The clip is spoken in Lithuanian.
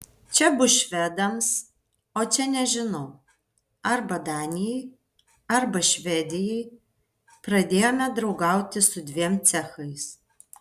čia bus švedams o čia nežinau arba danijai arba švedijai pradėjome draugauti su dviem cechais